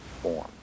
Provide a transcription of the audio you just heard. form